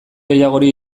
gehiagori